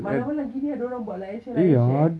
malam-malam gini ada orang buat like and share like and share